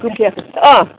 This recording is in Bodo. गोथेयाखै अह